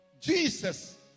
Jesus